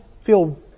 feel